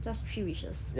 ya just three wishes